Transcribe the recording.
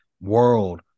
world